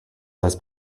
this